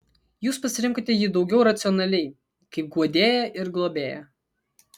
jūs pasirinkote jį daugiau racionaliai kaip guodėją ir globėją